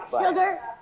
Sugar